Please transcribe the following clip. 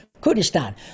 Kurdistan